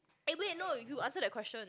eh wait no you answer that question